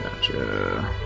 Gotcha